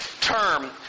term